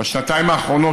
בשנתיים האחרונות,